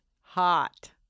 hot